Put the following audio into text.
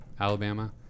Alabama